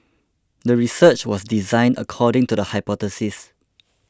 the research was designed according to the hypothesis